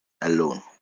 alone